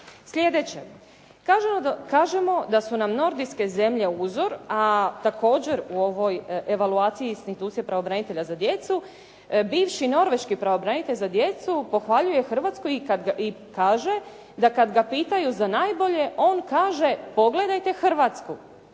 Sljedeće, kažemo da su nam nordijske zemlje uzor, a također u ovoj evaluaciji institucije pravobranitelja za djecu, bivši norveški pravobranitelj za djecu pohvaljuje Hrvatsku i kaže da kad ga pitaju za najbolje, on kaže pogledajte Hrvatsku.